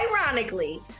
ironically